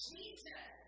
Jesus